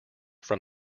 from